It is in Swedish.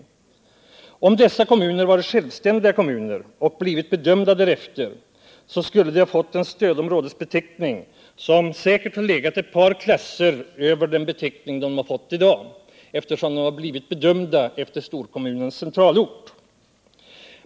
Om kommundelarna alltjämt hade varit självständiga kommuner och blivit bedömda därefter, skulle de ha fått en stödområdesbeteckning som säkert legat ett par klasser över den beteckning som dagens kommuncentra fått, eftersom de har blivit bedömda efter sitt eget sysselsättningsläge.